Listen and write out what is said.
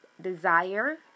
desire